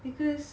because